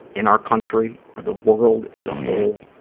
in our country or the world as a whole,